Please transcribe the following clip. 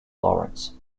lawrence